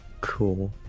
Cool